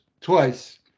twice